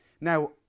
Now